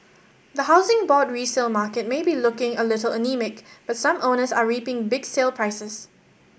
the Housing Board resale market may be looking a little anaemic but some owners are reaping big sale prices